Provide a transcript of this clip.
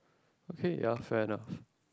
okay yeah fair enough